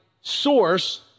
source